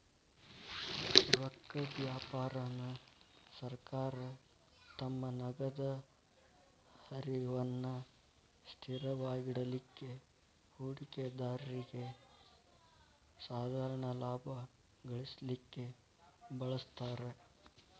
ರೊಕ್ಕದ್ ವ್ಯಾಪಾರಾನ ಸರ್ಕಾರ ತಮ್ಮ ನಗದ ಹರಿವನ್ನ ಸ್ಥಿರವಾಗಿಡಲಿಕ್ಕೆ, ಹೂಡಿಕೆದಾರ್ರಿಗೆ ಸಾಧಾರಣ ಲಾಭಾ ಗಳಿಸಲಿಕ್ಕೆ ಬಳಸ್ತಾರ್